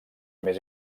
més